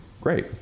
great